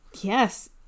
Yes